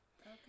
okay